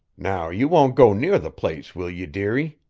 now you won't go near the place, will ye, dearie?